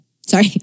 Sorry